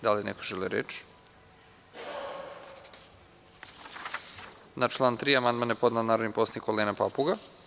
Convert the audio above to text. Da li neko želi reč? (Ne.) Na član 3. amandman je podnela narodni poslanik Olena Papuga.